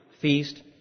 feast